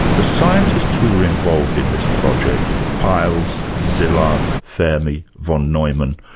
the scientists who were involved in this project peierls, szilard, fermi, von neumann,